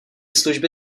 služby